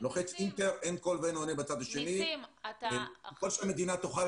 לגבי הציוד פה בסך הכל מדובר